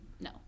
no